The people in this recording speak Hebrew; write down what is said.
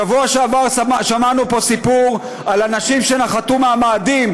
שבוע שעבר שמענו פה סיפור על אנשים שנחתו מהמאדים,